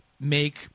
make